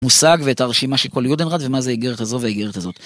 מושג, ואת הרשימה של כל יודנרט ומה זה האגרת הזאת והאגרת הזאת.